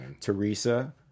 teresa